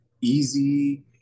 easy